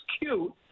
cute